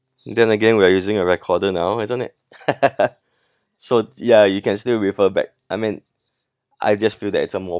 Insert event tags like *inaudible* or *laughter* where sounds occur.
then again we are using a recorder now isn't it *laughs* so ya you can still refer back I mean I just feel that it's a more